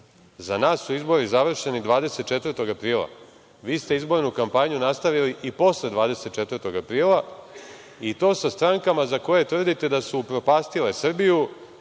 Za nas su izbori završeni 24. aprila. Vi ste izbornu kampanju nastavili i posle 24. aprila i to sa strankama za koje tvrdite da su upropastile Srbiju,